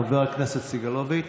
חבר הכנסת סגלוביץ',